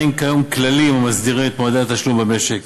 אין כיום כללים המסדירים את מועדי התשלום במשק.